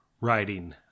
writing